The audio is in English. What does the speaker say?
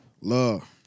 Love